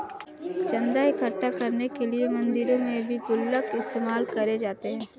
चन्दा इकट्ठा करने के लिए मंदिरों में भी गुल्लक इस्तेमाल करे जाते हैं